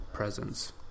presence